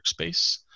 workspace